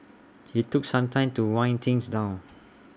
IT took some time to wind things down